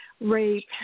rape